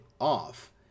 off